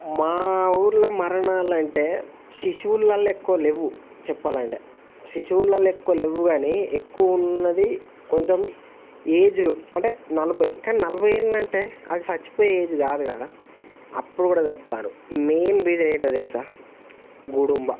మా ఊరిలో మరణాలు అంటే శిశువులలో ఎక్కువ లేవు చెప్పాలి అంటే శిశువులలో ఎక్కువ లేవు కానీ ఎక్కువ ఉన్నది కొంచెం ఏజ్డ్ అంటే నలభై కానీ నలభై ఏళ్ళంటే అది చనిపోయే ఏజ్ కాదు కదా అప్పుడు కూడా చస్తారు మెయిన్ రీజన్ ఏంటో తెలుసా గుడుంబా